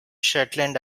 shetland